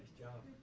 job.